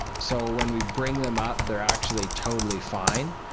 so when we bring them up, they're actually totally fine.